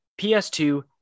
PS2